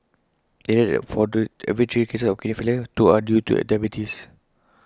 IT added that for every three cases of kidney failure two are due to diabetes